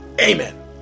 Amen